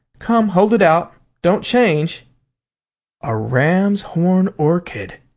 come, hold it out. don't change a ram's horn orchid!